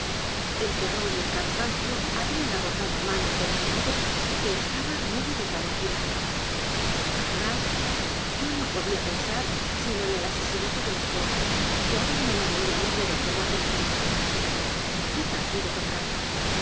el terror y el cansancio habían agotado a manon de tai modo que estaba medio desvanecida además yo no podía pensar sino en el asesinato de lesoaut y aún no me veía libre del temor de la ron da qué partido tomar